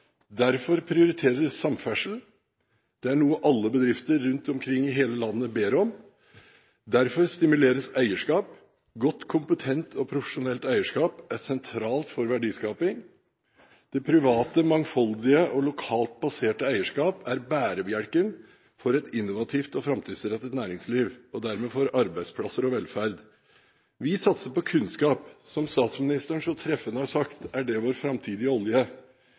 Derfor prioriteres samferdsel. Det er noe alle bedrifter rundt omkring i hele landet ber om. Derfor stimuleres eierskap. Godt, kompetent og profesjonelt eierskap er sentralt for verdiskaping. Det private, mangfoldige og lokalt baserte eierskap er bærebjelken for et innovativt og framtidsrettet næringsliv, og dermed for arbeidsplasser og velferd. Vi satser på kunnskap. Som statsministeren så treffende har sagt, er det vår framtidige olje.